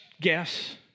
guess